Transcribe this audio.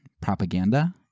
propaganda